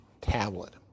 tablet